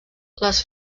les